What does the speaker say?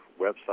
website